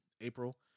April